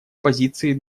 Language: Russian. позиции